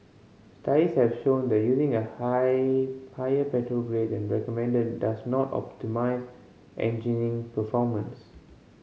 studies have shown that using a high higher petrol grade than recommended does not optimise engine performance